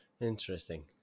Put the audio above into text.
interesting